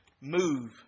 move